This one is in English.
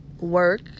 work